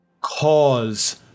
cause